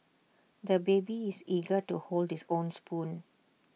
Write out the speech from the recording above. the baby is eager to hold his own spoon